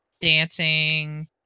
dancing